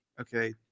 okay